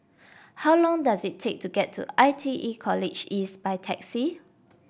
how long does it take to get to I T E College East by taxi